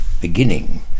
beginning